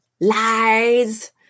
Lies